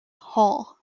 hall